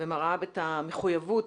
ומראה את המחויבות